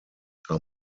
are